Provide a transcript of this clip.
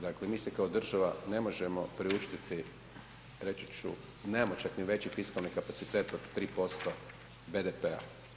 Dakle, mi si kao država ne možemo priuštiti reći ću, nemamo čak ni veći fiskalni kapacitet od 3% BDP-a.